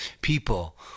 people